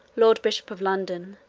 lord bishop of london